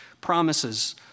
promises